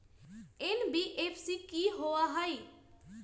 NBFC कि होअ हई?